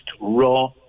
raw